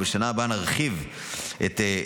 ובשנה הבאה נרחיב יותר,